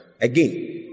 again